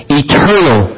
eternal